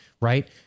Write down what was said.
right